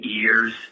ears